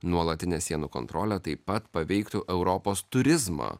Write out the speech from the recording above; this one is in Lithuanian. nuolatinė sienų kontrolė taip pat paveiktų europos turizmą